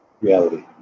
reality